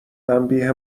تنبیه